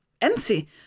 empty